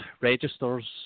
registers